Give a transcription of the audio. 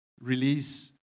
release